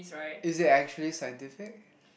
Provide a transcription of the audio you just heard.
is it actually scientific